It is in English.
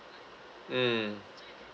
mm